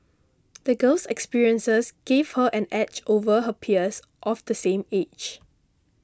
the girl's experiences gave her an edge over her peers of the same age